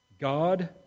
God